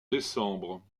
décembre